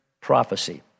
prophecy